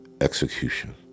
execution